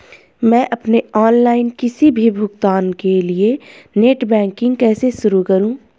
मैं अपने ऑनलाइन किसी भी भुगतान के लिए नेट बैंकिंग कैसे शुरु करूँ?